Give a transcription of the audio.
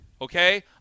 Okay